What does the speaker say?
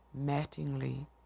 Mattingly